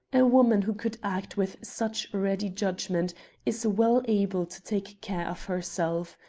a woman who could act with such ready judgment is well able to take care of herself.